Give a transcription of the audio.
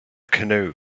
canoe